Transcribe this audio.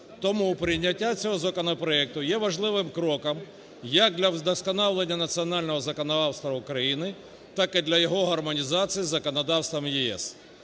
тому прийняття цього законопроекту є важливим кроком як для вдосконалення національного законодавства України, так і для його гармонізації з законодавством ЄС.